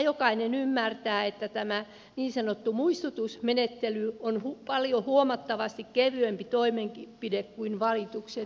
jokainen ymmärtää että tämä niin sanottu muistutusmenettely on huomattavasti kevyempi toimenpide kuin valitukset